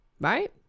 right